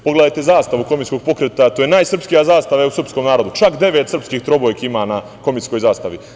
Pogledajte zastavu komitskog pokreta, to je najsrpskija zastava u srpskom narodu, čak devet srpskih trobojki ima na komitskoj zastavi.